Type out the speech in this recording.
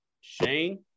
Shane